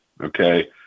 okay